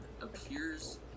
appears